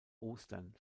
ostern